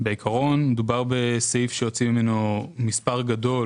מדובר בסעיף שיוצאים ממנו מספר גדול